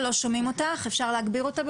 הדבר השני,